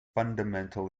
fundamental